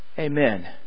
Amen